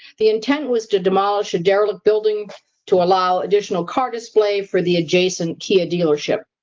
the intent was to demolish a derelict building to allow additional car display for the adjacent kia dealership.